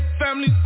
family